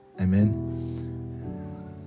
Amen